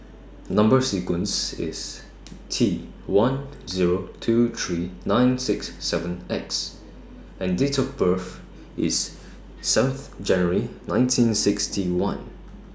Number sequence IS T one Zero two three nine six seven X and Date of birth IS seventh January nineteen sixty one